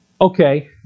Okay